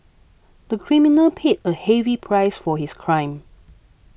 the criminal paid a heavy price for his crime